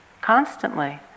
constantly